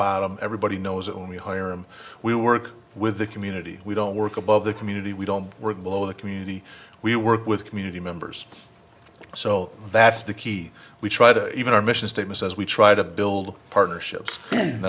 bottom everybody knows it when we hire him we work with the community we don't work above the community we don't work below the community we work with community members so that's the key we try to even our mission statement says we try to build partnerships